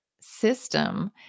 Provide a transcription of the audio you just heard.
system